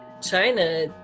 China